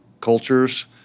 cultures